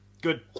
Good